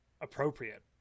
appropriate